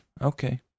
okay